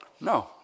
No